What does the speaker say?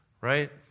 Right